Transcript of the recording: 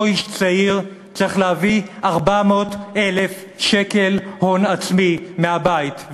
אותו איש צעיר צריך להביא 400,000 שקל הון עצמי מהבית,